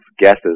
guesses